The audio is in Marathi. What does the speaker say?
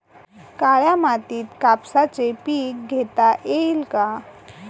काळ्या मातीत कापसाचे पीक घेता येईल का?